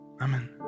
amen